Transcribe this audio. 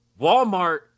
walmart